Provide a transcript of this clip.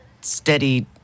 steady